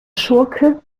schurke